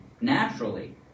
naturally